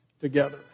together